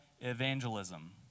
evangelism